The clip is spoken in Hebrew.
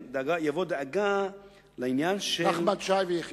יבוא: דאגה לעניין של, נחמן שי ויחימוביץ.